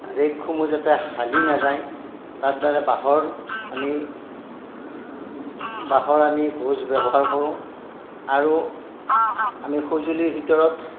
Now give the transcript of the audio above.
ৰেকসমূহ যাতে হালি নাযায় তাৰ দ্বাৰা বাঁহৰ আমি বাঁহৰ আমি গোঁজ ব্যৱহাৰ কৰোঁ আৰু আমি সঁজুলিৰ ভিতৰত